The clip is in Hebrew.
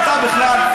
אתה בכלל,